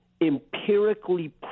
empirically